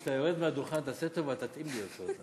כשאתה יורד מהדוכן, תעשה טובה ותתאים לי אותו.